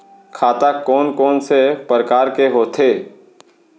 खाता कोन कोन से परकार के होथे?